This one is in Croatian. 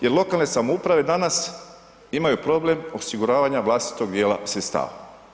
Jer lokalne samouprave danas imaju problem osiguravanja vlastitog dijela sredstava.